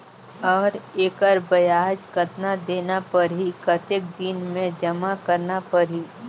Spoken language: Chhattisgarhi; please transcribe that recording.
और एकर ब्याज कतना देना परही कतेक दिन मे जमा करना परही??